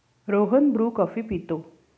Rohan Bru coffee पितो